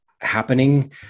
happening